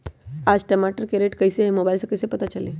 आज टमाटर के रेट कईसे हैं मोबाईल से कईसे पता चली?